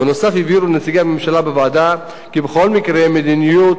בנוסף הבהירו נציגי הממשלה בוועדה כי בכל מקרה מדיניות